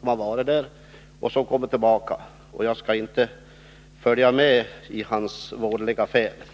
som har varit där tidigare och som kommer tillbaka. Jag skall inte följa med på hans vådliga färd.